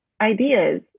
ideas